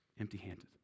Empty-handed